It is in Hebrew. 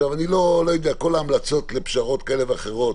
אני לא יודע, כל ההמלצות לפשרות כאלה ואחרות